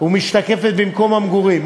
ומשתקפת במקום המגורים,